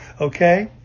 okay